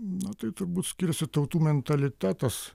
na tai turbūt skiriasi tautų mentalitetas